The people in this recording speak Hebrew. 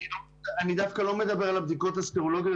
אני דווקא לא מדבר על הבדיקות הסרולוגיות.